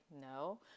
no